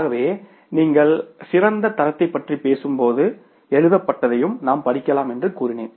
ஆகவே நீங்கள் சிறந்த தரத்தைப் பற்றி பேசும்போது எழுதப்பட்டதையும் நாம் படிக்கலாம் என்று கூறினேன்